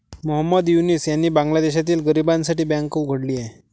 मोहम्मद युनूस यांनी बांगलादेशातील गरिबांसाठी बँक उघडली आहे